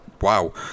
wow